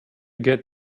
get